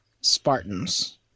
Spartans